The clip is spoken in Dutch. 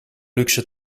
luxe